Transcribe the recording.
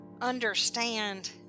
understand